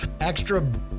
extra